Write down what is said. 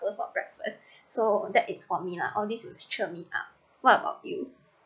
going for breakfast so that is for me lah all these will cheer me up what about you